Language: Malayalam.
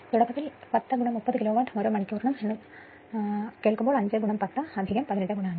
തുടക്കത്തിൽ 10 30 കിലോവാട്ട് മണിക്കൂർ 5 10 18 5